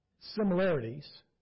similarities